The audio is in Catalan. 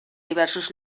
diversos